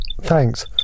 Thanks